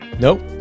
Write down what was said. Nope